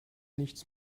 nichts